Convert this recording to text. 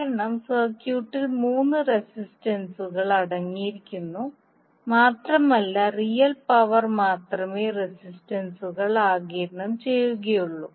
കാരണം സർക്യൂട്ടിൽ മൂന്ന് രസിസ്റ്ററുകൾ അടങ്ങിയിരിക്കുന്നു മാത്രമല്ല റിയൽ പവർ മാത്രമേ റെസിസ്റ്ററുകൾ ആഗിരണം ചെയ്യുകയുള്ളൂ